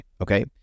Okay